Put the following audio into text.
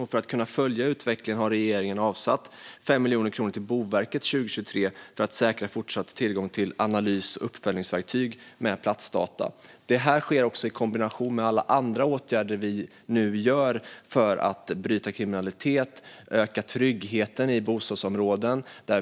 Och för att kunna följa utvecklingen har regeringen avsatt 5 miljoner kronor till Boverket 2023 för att säkra fortsatt tillgång till analys och uppföljningsverktyg med platsdata. Detta sker också i kombination med alla andra åtgärder som vi nu vidtar för att bryta kriminaliteten och öka tryggheten i bostadsområden.